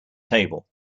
table